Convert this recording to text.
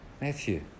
Matthew